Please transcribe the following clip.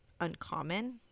uncommon